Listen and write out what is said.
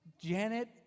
Janet